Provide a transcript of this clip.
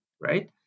Right